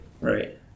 Right